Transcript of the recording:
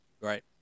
Right